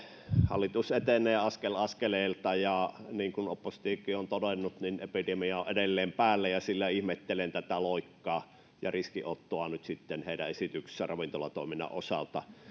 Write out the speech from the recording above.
hallitus etenee askel askelelta ja niin kuin oppositiokin on todennut epidemia on edelleen päällä ja siksi ihmettelen tätä loikkaa ja riskinottoa nyt heidän esityksissään ravintolatoiminnan osalta